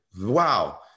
Wow